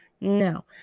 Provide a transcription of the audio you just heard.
No